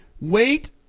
Wait